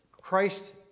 Christ